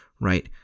right